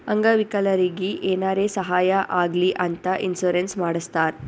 ಅಂಗ ವಿಕಲರಿಗಿ ಏನಾರೇ ಸಾಹಾಯ ಆಗ್ಲಿ ಅಂತ ಇನ್ಸೂರೆನ್ಸ್ ಮಾಡಸ್ತಾರ್